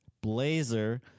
blazer